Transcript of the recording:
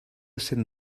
cent